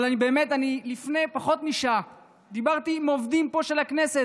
אבל באמת לפני פחות משעה דיברתי עם עובדים פה של הכנסת,